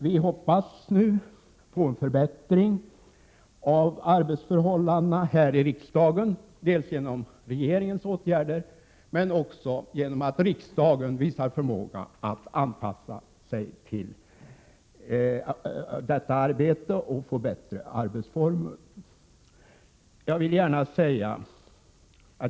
Vi hoppas nu på en förbättring av arbetsförhållandena här i riksdagen, dels genom regeringens åtgärder, dels genom att riksdagen visar förmåga att anpassa sig till detta arbete och får bättre arbetsformer.